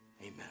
Amen